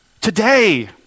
Today